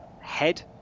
head